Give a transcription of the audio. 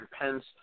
Pence